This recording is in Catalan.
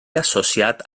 associat